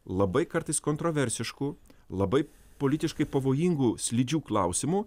labai kartais kontroversiškų labai politiškai pavojingų slidžių klausimų